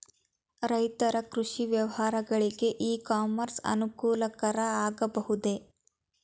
ರೈತರ ಕೃಷಿ ವ್ಯವಹಾರಗಳಿಗೆ ಇ ಕಾಮರ್ಸ್ ಅನುಕೂಲಕರ ಆಗಬಹುದೇ?